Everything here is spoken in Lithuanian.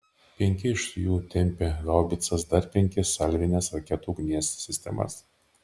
penki iš jų tempė haubicas dar penki salvinės raketų ugnies sistemas